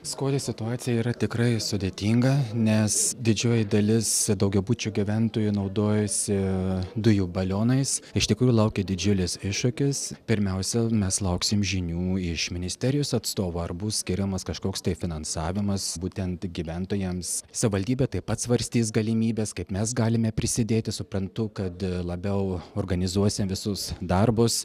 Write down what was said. skuode situacija yra tikrai sudėtinga nes didžioji dalis daugiabučių gyventojų naudojasi dujų balionais iš tikrųjų laukia didžiulis iššūkis pirmiausia mes lauksim žinių iš ministerijos atstovų ar bus skiriamas kažkoks tai finansavimas būtent gyventojams savivaldybė taip pat svarstys galimybes kaip mes galime prisidėti suprantu kad labiau organizuosim visus darbus